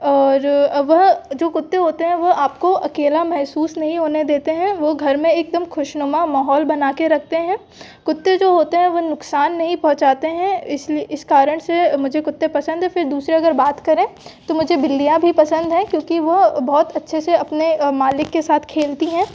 और वह जो कुत्ते होते हैं वह आपको अकेला महसूस नहीं होने देते हैं वो घर मे एक दम ख़ुशनुमा माहौल बना के रखते हैं कुत्ते जो होते हैं वो नुक़सान नहीं पहुंचाते हैं इस लिए इस करण से मुझे कुत्ते पसंद हैं फिर दूसरी अगर बात करें तो मुझे बिल्लियाँ भी पसंद हैं क्योंकि वो बहुत अच्छे से अपने मालिक के साथ खेलती हैं